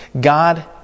God